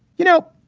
you know,